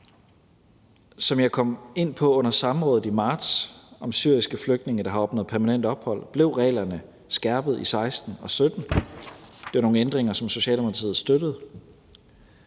Som jeg kom ind på under samrådet i marts om syriske flygtninge, der har opnået permanent ophold, blev reglerne skærpet i 2016 og i 2017. Det er nogle ændringer, som Socialdemokratiet støttede.